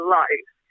life